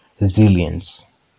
resilience